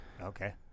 Okay